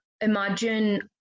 imagine